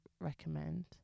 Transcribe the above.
recommend